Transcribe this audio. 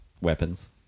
weapons